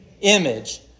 Image